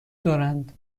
دارند